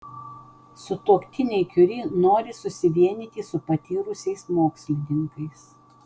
sutuoktiniai kiuri nori susivienyti su patyrusiais mokslininkais